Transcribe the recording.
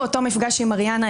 באותו מפגש עם מריאנה,